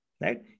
Right